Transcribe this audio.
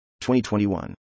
2021